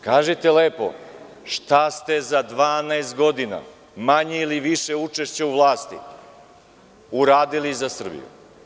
Kažite lepo, šta ste za 12 godina, manje ili više učešća u vlasti uradili za Srbiju.